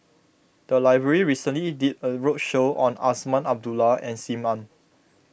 the library recently did a roadshow on Azman Abdullah and Sim Ann